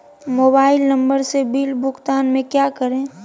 Mobile number से bill भुगतान में क्या करें?